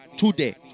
today